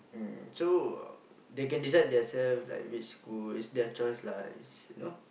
mm so they can decide their selves like which school it's like their choice lah it's know